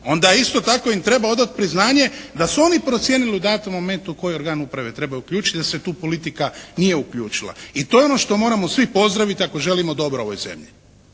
onda isto tako im treba odati priznanje da su oni procijenili u datom momentu koji organ uprave trebaju uključiti da se tu politika nije uključila i to je ono što moramo svi pozdraviti ako želimo dobro ovoj zemlji.